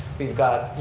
we've got, you